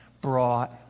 brought